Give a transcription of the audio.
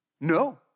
no